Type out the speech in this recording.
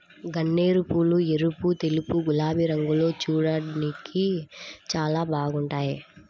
గన్నేరుపూలు ఎరుపు, తెలుపు, గులాబీ రంగుల్లో చూడ్డానికి చాలా బాగుంటాయ్